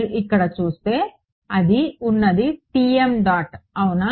మీరు ఇక్కడ చూస్తే అది ఉన్నది Tm డాట్ అవునా